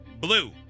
blue